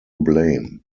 blame